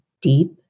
deep